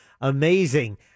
Amazing